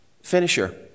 finisher